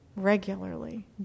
regularly